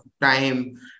time